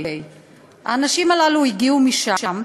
האנשים הללו הגיעו משם.